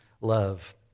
love